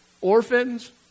orphans